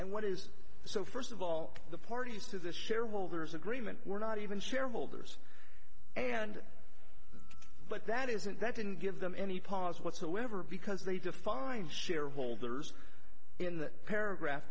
what is so first of all the parties to this shareholders agreement were not even shareholders and but that isn't that didn't give them any pause whatsoever because they defined shareholders in that paragraph